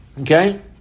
Okay